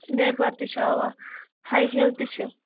slipper تہِ چھِ اَوا ہاے ہیٖل تہِ چھِ